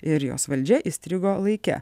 ir jos valdžia įstrigo laike